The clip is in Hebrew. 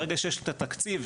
ברגע שיש את התקציב,